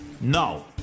No